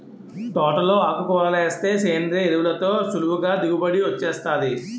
తోటలో ఆకుకూరలేస్తే సేంద్రియ ఎరువులతో సులువుగా దిగుబడి వొచ్చేత్తాది